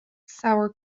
sour